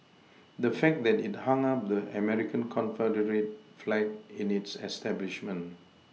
the fact that it hung up the American Confederate flag in its establishment